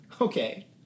Okay